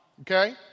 Okay